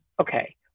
okay